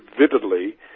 vividly